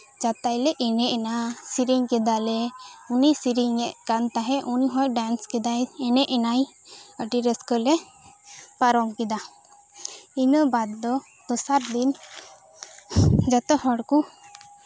ᱡᱟᱼᱛᱟᱭ ᱞᱮ ᱮᱱᱮᱡ ᱮᱱᱟ ᱥᱮᱨᱮᱧ ᱠᱮᱫᱟ ᱞᱮ ᱩᱱᱤ ᱥᱮᱨᱮᱧᱮᱫ ᱠᱟᱱ ᱛᱟᱸᱦᱮᱫ ᱩᱱᱤ ᱦᱚᱸ ᱰᱮᱱᱥ ᱠᱮᱫᱟᱭ ᱮᱱᱮᱡ ᱮᱱᱟᱭ ᱟᱹᱰᱤ ᱨᱟᱹᱥᱠᱟᱹ ᱛᱮᱞᱮ ᱯᱟᱨᱚᱢ ᱠᱮᱫᱟ ᱤᱱᱟᱹ ᱵᱟᱫ ᱫᱚ ᱫᱚᱥᱟᱨ ᱫᱤᱱ ᱡᱚᱛᱚ ᱦᱚᱲ ᱠᱚ